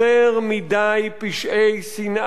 יותר מדי פשעי שנאה,